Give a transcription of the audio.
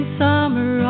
summer